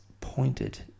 pointed